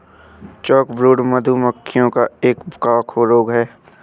chalkbrood, मधु मक्खियों का एक कवक रोग है